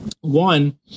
One